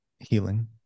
healing